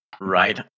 Right